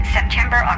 September